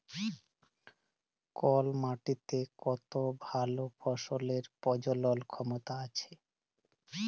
call মাটিতে কত ভাল ফসলের প্রজলল ক্ষমতা আছে